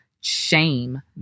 shame